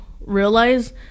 realize